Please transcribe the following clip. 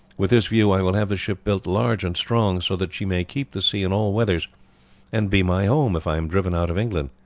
with this view i will have the ship built large and strong, so that she may keep the sea in all weathers and be my home if i am driven out of england.